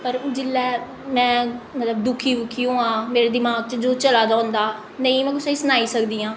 पर जिल्लै में मतलब दुखी बुखी होआं मेरे दमाक च जो चला दा होंदा नेईं में कुसै गी सनाई सकदी आं